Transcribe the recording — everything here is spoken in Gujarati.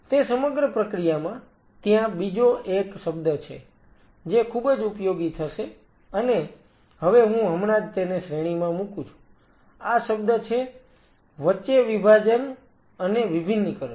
તે સમગ્ર પ્રક્રિયામાં ત્યાં બીજો એક શબ્દ છે જે ખૂબ જ ઉપયોગી થશે અને હવે હું હમણાં જ તેને શ્રેણીમાં મૂકું છું આ શબ્દ છે વચ્ચે વિભાજન અને વિભિન્નીકરણ